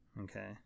Okay